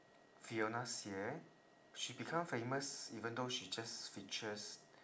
fiona xie she become famous even though she just features